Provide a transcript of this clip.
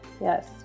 Yes